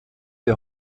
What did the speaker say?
der